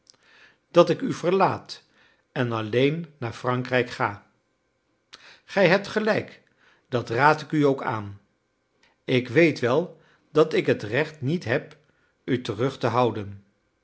dat ik u verlaat en alleen naar frankrijk ga gij hebt gelijk dat raad ik u ook aan ik weet wel dat ik het recht niet heb u terug te houden